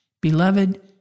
Beloved